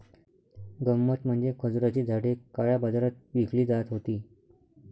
गंमत म्हणजे खजुराची झाडे काळ्या बाजारात विकली जात होती